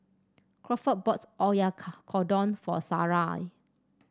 Crawford bought Oyakodon for Sarai